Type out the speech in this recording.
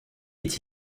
est